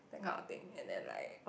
that kind of thing and then like